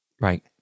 right